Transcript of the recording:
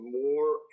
more